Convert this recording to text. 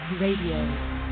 Radio